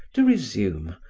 to resume,